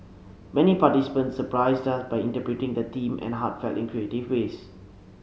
many participants surprised us by interpreting the theme in heartfelt and creative ways